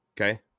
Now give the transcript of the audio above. Okay